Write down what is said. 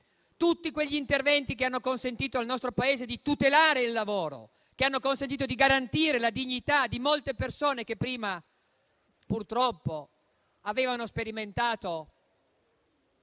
tutti quegli interventi che hanno consentito al nostro Paese di tutelare il lavoro e di garantire la dignità di molte persone che prima, purtroppo, avevano sperimentato